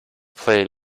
play